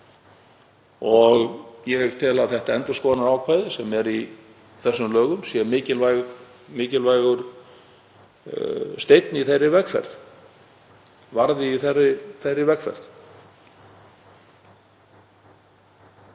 Ég tel að endurskoðunarákvæðið sem er í þessum lögum sé mikilvægur steinn í þeirri vegferð, varða í þeirri vegferð.